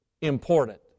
important